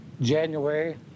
January